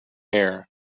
air